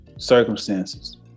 circumstances